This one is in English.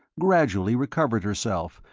gradually recovered herself,